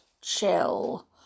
chill